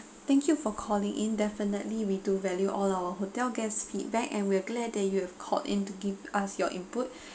thank you for calling in definitely we do value all our hotel guests' feedback and we're glad that you have called in to give us your input